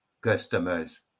customers